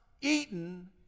eaten